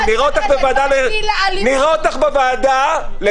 נראה אותך בוועדה --- מה זה רלוונטי לאלימות?